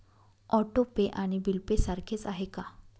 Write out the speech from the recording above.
Auto pay आणि bill pay सारखेच आहे का?